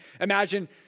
imagine